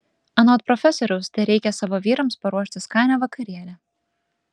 anot profesoriaus tereikia savo vyrams paruošti skanią vakarienę